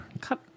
cut